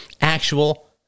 Actual